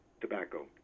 tobacco